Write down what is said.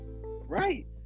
right